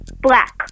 Black